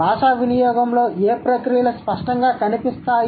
భాషా వినియోగంలో ఏ ప్రక్రియలు స్పష్టంగా కనిపిస్తాయి